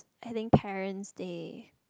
I think parents they